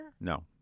No